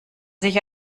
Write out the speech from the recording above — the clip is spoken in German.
sich